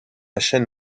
chaîne